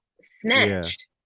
snatched